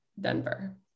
Denver